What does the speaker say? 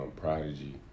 Prodigy